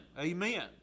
Amen